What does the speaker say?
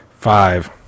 five